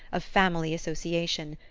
of family association,